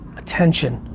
attention.